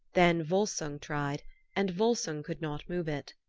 then volsung tried and volsung could not move it.